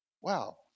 Wow